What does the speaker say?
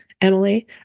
Emily